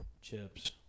chips